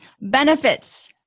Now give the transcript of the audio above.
benefits